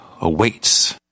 awaits